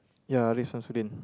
ya late Shamsuddin